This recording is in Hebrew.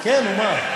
כן, נו מה?